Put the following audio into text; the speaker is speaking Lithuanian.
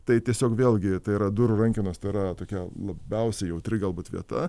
tai tiesiog vėlgi tai yra durų rankenos tai yra tokia labiausiai jautri galbūt vieta